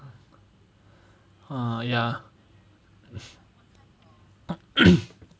ah ya